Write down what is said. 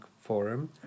Forum